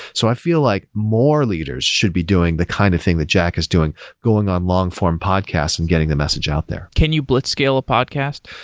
so i feel like more leaders should be doing the kind of thing that jack is doing going on long-form podcast and getting the message out there. can you blitzscale a podcast?